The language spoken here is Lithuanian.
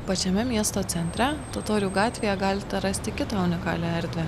pačiame miesto centre totorių gatvėje galite rasti kitą unikalią erdvę